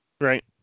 Right